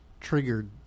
triggered